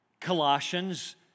Colossians